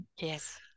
yes